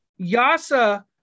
Yasa